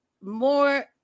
more